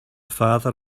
father